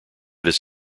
this